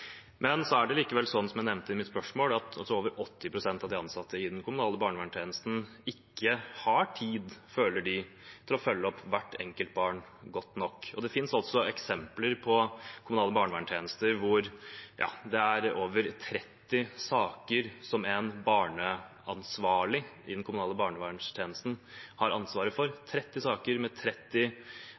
likevel slik, som jeg sa i mitt spørsmål, at over 80 pst. av de ansatte i den kommunale barnevernstjenesten ikke har tid, føler de, til å følge opp hvert enkelt barn godt nok. Det finnes også eksempler på kommunale barnevernstjenester der det er over 30 saker som én barneansvarlig i den kommunale barneverntjenesten har ansvaret for – 30 saker med 30